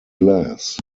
glass